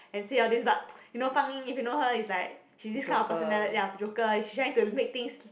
and say all this but you know fang ying if you know her is like she's this kind of persona~ ya joker she trying to make things